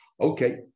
okay